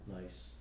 nice